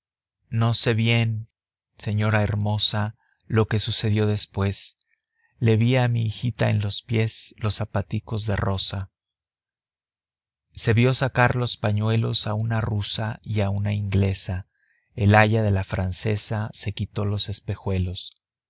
no sé bien señora hermosa lo que sucedió después le vi a mi hijita en los pies los zapaticos de rosa se vio sacar los pañuelos a una rusa y a una inglesa el aya de la francesa se quitó los espejuelos